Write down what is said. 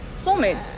Soulmates